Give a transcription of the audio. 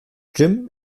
jim